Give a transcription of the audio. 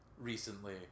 recently